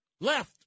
left